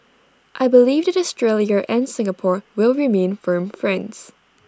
I believe that Australia and Singapore will remain firm friends